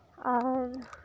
ᱟᱨ